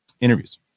interviews